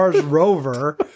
rover